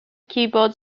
keyboards